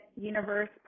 universe